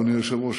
אדוני היושב-ראש,